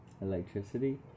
Electricity